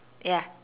ya